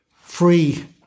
free